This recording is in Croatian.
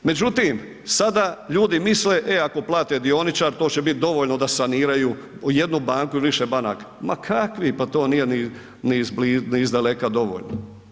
Međutim, sada ljudi misle e ako plate dioničar to će biti dovoljno da saniraju jednu banku ili više banaka, ma kakvi pa to nije ni izblizu, ni izdaleka dovoljno.